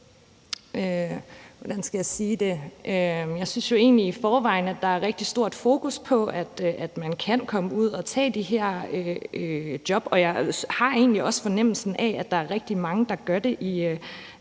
godt spørgsmål. Jeg synes jo egentlig, at der i forvejen er et rigtig stort fokus på, at man kan komme ud og tage de her job. Jeg har egentlig også fornemmelsen af, at der er rigtig mange, der i